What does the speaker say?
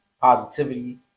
positivity